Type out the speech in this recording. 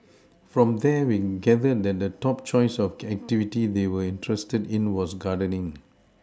from there we gathered that the top choice of activity they were interested in was gardening